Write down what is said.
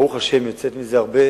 ברוך השם, יוצאת מזה הרבה